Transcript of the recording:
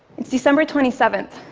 it's december twenty seven,